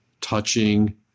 touching